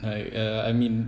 I uh I mean